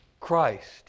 Christ